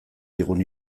digun